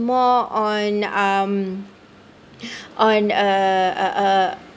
more on um on uh